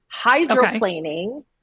Hydroplaning